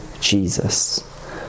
Jesus